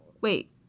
wait